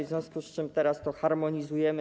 W związku z tym teraz to harmonizujemy.